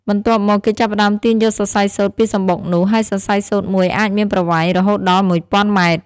បន្ទាប់មក គេចាប់ផ្តើមទាញយកសរសៃសូត្រពីសំបុកនោះ ហើយសរសៃសូត្រមួយអាចមានប្រវែងរហូតដល់ ១០០០ ម៉ែត្រ។